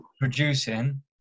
producing